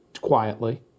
quietly